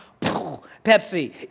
Pepsi